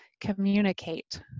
communicate